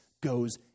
goes